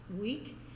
week